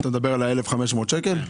אתה מדבר על ה-1,500 שקלים?